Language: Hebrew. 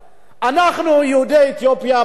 אנחנו, יהודי אתיופיה באו לכאן,